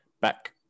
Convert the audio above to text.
back